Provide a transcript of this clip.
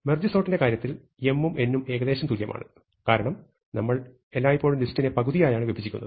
merge സോർട്ട്ന്റെ കാര്യത്തിൽ m ഉം n ഉം ഏകദേശം തുല്യമാണ് കാരണം നമ്മൾ എല്ലായ്പോഴും ലിസ്റ്റിനെ പകുതിയായാണ് വിഭജിക്കുന്നത്